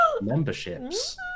memberships